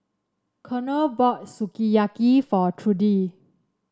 Konnor bought Sukiyaki for Trudi